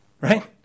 Right